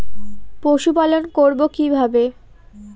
পশুপালন করব কিভাবে?